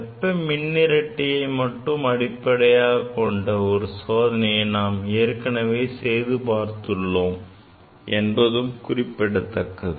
வெப்ப மின்னிரட்டையை மட்டுமே அடிப்படையாக கொண்ட ஒரு சோதனையும் நாம் ஏற்கனவே செய்து பார்த்துள்ளோம் என்பது குறிப்பிடத்தக்கது